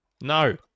No